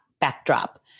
backdrop